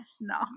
no